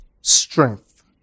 strength